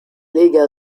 lega